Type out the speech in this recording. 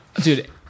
Dude